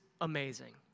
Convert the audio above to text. amazing